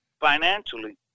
financially